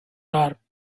hour